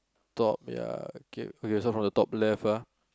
top ya okay okay so from the top left ah